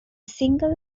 single